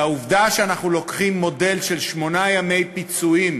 והעובדה שאנחנו לוקחים מודל של שמונה ימי פיצויים,